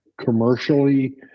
commercially